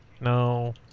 No